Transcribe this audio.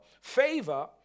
Favor